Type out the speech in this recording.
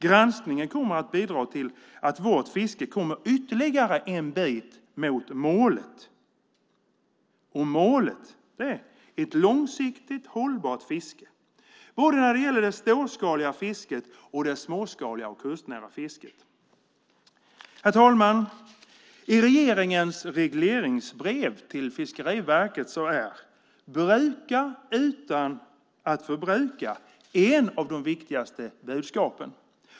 Granskningen kommer att bidra till att vårt fiske kommer ytterligare en bit mot målet. Målet är ett långsiktigt hållbart fiske, både när det gäller det storskaliga fisket och det småskaliga och kustnära fisket. Herr talman! I regeringens regleringsbrev till Fiskeriverket är bruka utan att förbruka ett av de viktigaste budskapen.